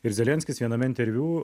ir zelenskis viename interviu